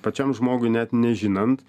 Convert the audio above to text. pačiam žmogui net nežinant